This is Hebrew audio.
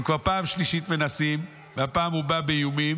הם כבר פעם שלישית מנסים, והפעם הוא בא באיומים.